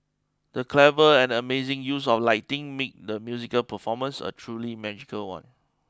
the clever and amazing use of lighting made the musical performance a truly magical one